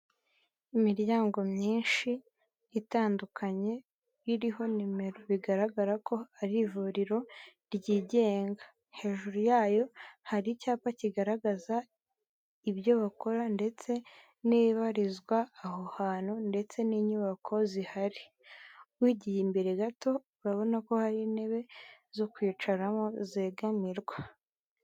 Imiryango myinshi itandukanye iriho nimero, bigaragara ko ari ivuriro ryigenga. Hejuru yayo hari icyapa kigaragaza ibyo bakora ndetse n'ibibarizwa aho hantu ndetse n'inyubako zihari. Wigiye imbere gato urabona ko hari intebe zo kwicaramo zegamirwa.